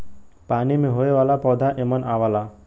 पानी में होये वाला पौधा एमन आवला